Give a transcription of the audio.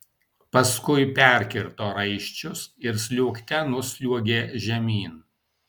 paskui perkirto raiščius ir sliuogte nusliuogė žemyn